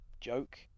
joke